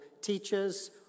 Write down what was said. teachers